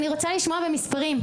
להלן תרגומם: אני רוצה לשמוע במספרים.